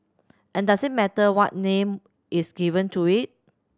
and does it matter what name is given to it